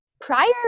Prior